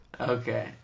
Okay